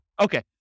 Okay